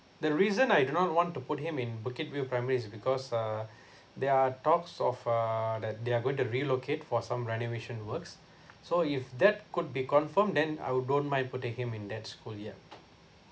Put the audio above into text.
the reason I do not want to put him in bukit view primary is because uh there are talks of uh that they are going to relocate for some renovation works so if that could be confirmed then I don't mind put him in that school yet